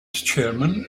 chairman